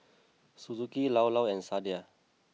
Suzuki Llao Llao and Sadia